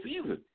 season